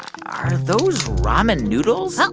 are those ramen noodles?